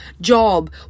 job